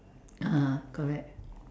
(uh huh) correct